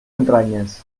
entranyes